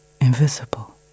invisible